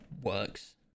works